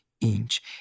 inch